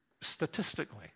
statistically